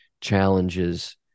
challenges